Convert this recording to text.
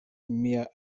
mia